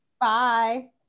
Bye